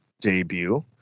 debut